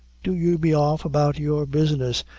do you be off about your business,